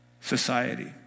society